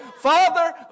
Father